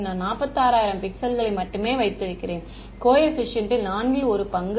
நான் 46000 பிக்சல்களைக் மட்டுமே வைத்திருக்கிறேன் கோஏபிசியன்ட் ல் நான்கில் ஒரு பங்கு